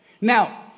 Now